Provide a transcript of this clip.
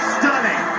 stunning